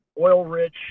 oil-rich